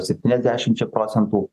septyniasdešimčia procentų